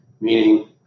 meaning